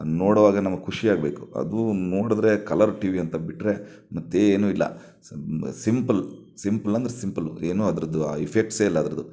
ನೋಡುವಾಗ ನಮಗೆ ಖುಷಿ ಆಗಬೇಕು ಅದು ನೋಡಿದ್ರೆ ಕಲರ್ ಟಿವಿ ಅಂತ ಬಿಟ್ಟರೆ ಮತ್ತೇನೂ ಇಲ್ಲ ಸಮ್ ಸಿಂಪಲ್ ಸಿಂಪಲ್ ಅಂದರೆ ಸಿಂಪಲು ಏನೂ ಅದರದು ಇಫೆಕ್ಟ್ಸೇ ಇಲ್ಲ ಅದರದು